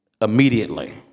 Immediately